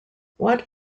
what